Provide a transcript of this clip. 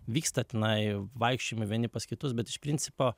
vyksta tenai vaikščiojimai vieni pas kitus bet iš principo